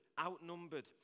outnumbered